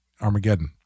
Armageddon